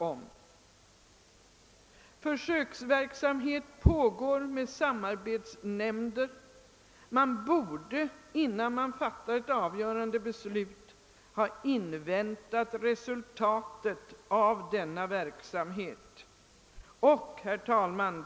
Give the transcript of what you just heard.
Det pågår ju en försöksverksamhet med samarbetsnämnder, och man borde innan man fattar ett avgörande beslut invänta resultatet av denna verksamhet. Herr talman!